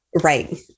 Right